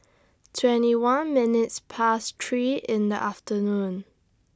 twenty one minutes Past three in The afternoon